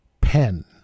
pen